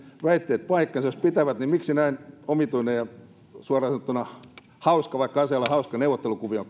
väitteet paikkansa jos pitävät niin miksi näin omituinen ja suoraan sanottuna hauska vaikka asia ei ole hauska neuvottelukuvio